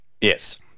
Yes